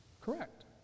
Correct